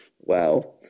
Wow